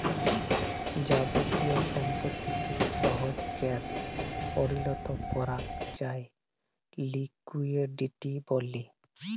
যাবতীয় সম্পত্তিকে সহজে ক্যাশ পরিলত করাক যায় লিকুইডিটি ব্যলে